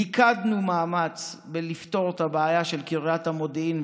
מיקדנו מאמץ בלפתור את הבעיה של קריית המודיעין,